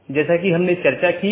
जिसे हम BGP speaker कहते हैं